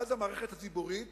ואז המערכת הציבורית